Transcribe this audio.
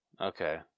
Okay